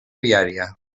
viària